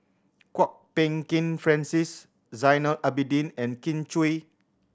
Kwok Peng Kin Francis Zainal Abidin and Kin Chui